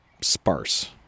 sparse